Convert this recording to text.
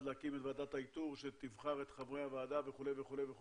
להקים את ועדת האיתור שתבחר את חברי הוועדה וכו' וכו' וכו',